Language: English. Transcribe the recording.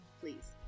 please